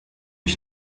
ich